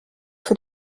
für